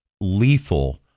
lethal